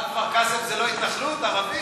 כפר-קאסם זה לא התנחלות ערבית?